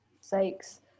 sakes